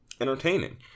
entertaining